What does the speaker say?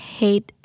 hate